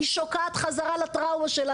היא שוקעת חזרה לטראומה שלה,